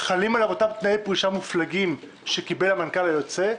חלים עליו אותם תנאי פרישה מופלגים שקיבל המנכ"ל היוצא,